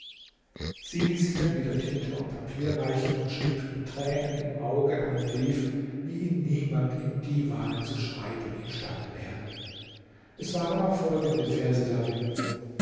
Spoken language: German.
sie ließ sich dann wieder tinte und papier reichen und schrieb mit tränen im auge einen brief wie ihn niemand im divane zu schreiben imstande wäre es waren auch folgende verse darin